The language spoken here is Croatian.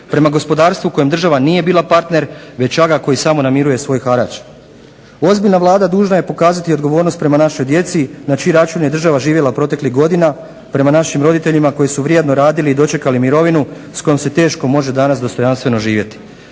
prema gospodarstvu kojem država nije bila partner već aga koji samo namiruje svoj harač. Ozbiljna Vlada dužna je pokazati odgovornost prema našoj djeci na čiji račun je država živjela proteklih godina, prema našim roditeljima koji su vrijedno radili i dočekali mirovinu s kojom se teško može danas dostojanstveno živjeti.